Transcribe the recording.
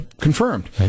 confirmed